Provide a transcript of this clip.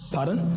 Pardon